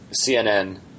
CNN